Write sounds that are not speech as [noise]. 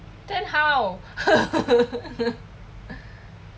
then how [laughs]